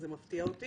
אז זה מפתיע אותי.